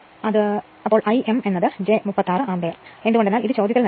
അപ്പോൾ I m j 36 ampere എന്ന് നമുക്ക് മനസിലാക്കാം എന്തുകൊണ്ടെന്നാൽ ഇത് ചോദ്യത്തിൽ നൽകിയിട്ടുണ്ട്